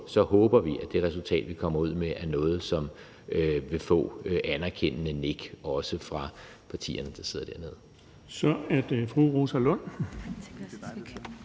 så håber vi – at det resultat, vi kommer ud med, vil få anerkendende nik også fra partierne, der sidder der nede